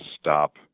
stop